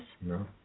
No